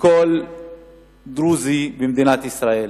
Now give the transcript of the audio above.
לכל דרוזי במדינת ישראל.